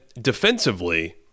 defensively